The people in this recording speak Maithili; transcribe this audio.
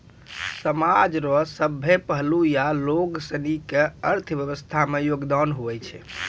समाज रो सभ्भे पहलू या लोगसनी के अर्थव्यवस्था मे योगदान हुवै छै